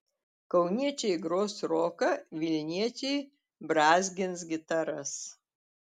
kauniečiai gros roką vilniečiai brązgins gitaras